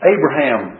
Abraham